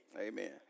Amen